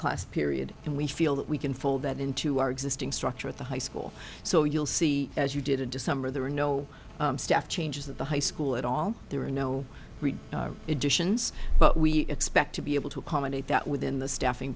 class period and we feel that we can fold that into our existing structure at the high school so you'll see as you did in december there were no staff changes at the high school at all there were no additions but we expect to be able to accommodate that within the staffing